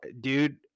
dude